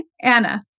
Anna